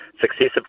successive